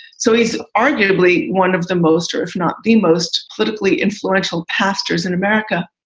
so he's arguably one of the most or if not the most politically influential pastors in america.